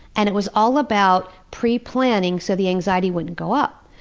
and it was all about pre-planning so the anxiety wouldn't go up.